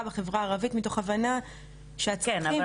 בחברה הערבית מתוך הבנה שהצוותים --- כן,